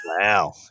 Wow